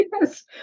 yes